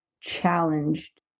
challenged